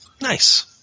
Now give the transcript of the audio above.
Nice